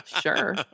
sure